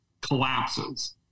collapses